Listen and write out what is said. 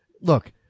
look